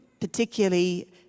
particularly